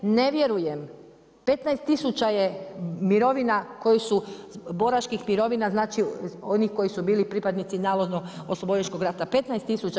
Ne vjerujem, 15000 je mirovina koje su, boračkih mirovina, znači onih koji su bili pripadnici navodno oslobodilačkog rata, 15000.